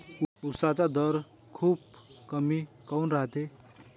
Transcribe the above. उसाचा दर खूप कमी काऊन रायते?